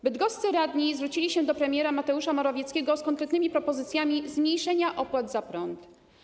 Bydgoscy radni zwrócili się do premiera Mateusza Morawieckiego z konkretnymi propozycjami zmniejszenia opłat za prąd.